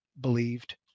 believed